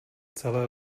celé